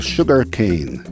Sugarcane